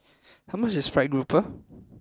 how much is Fried Grouper